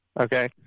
Okay